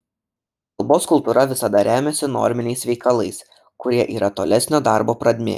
kalbos kultūra visada remiasi norminiais veikalais kurie yra tolesnio darbo pradmė